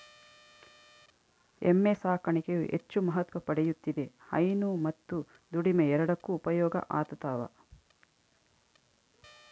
ಎಮ್ಮೆ ಸಾಕಾಣಿಕೆಯು ಹೆಚ್ಚು ಮಹತ್ವ ಪಡೆಯುತ್ತಿದೆ ಹೈನು ಮತ್ತು ದುಡಿಮೆ ಎರಡಕ್ಕೂ ಉಪಯೋಗ ಆತದವ